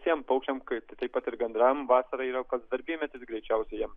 visiem paukščiam kaip taip pat ir gandram vasara yra pats darbymetis greičiausiai jiem